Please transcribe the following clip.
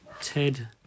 Ted